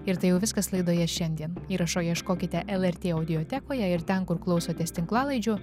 ir tai jau viskas laidoje šiandien įrašo ieškokite lrt audiotekoje ir ten kur klausotės tinklalaidžių